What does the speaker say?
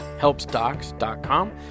helpsdocs.com